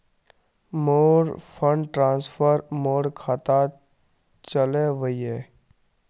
मोर fund transfer मोर खातात चले वहिये